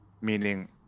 meaning